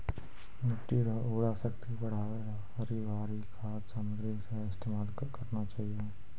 मिट्टी रो उर्वरा शक्ति बढ़ाएं रो हरी भरी खाद सामग्री रो इस्तेमाल करना चाहियो